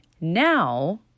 now